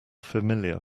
familiar